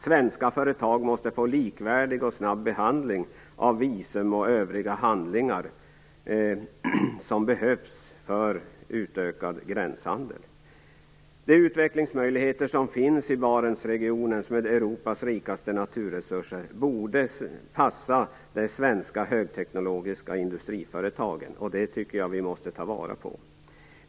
Svenska företag måste få likvärdig och snabb behandling av visum och övriga handlingar som behövs för utökad gränshandel. Det utvecklingsmöjligheter som finns i Barentsregionen, med Europas rikaste naturresurser, borde passa de svenska högteknologiska industriföretagen. Det tycker jag att vi måste ta vara på.